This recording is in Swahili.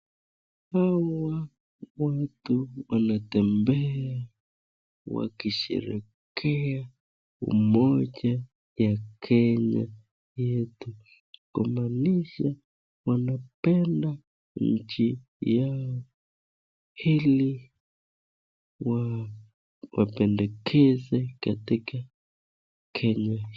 Hawa watu wanatembea wakisherehekea umoja ya Kenya yetu kumaanisha wanapenda nchi yao ili wapendekeze katika Kenya.